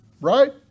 right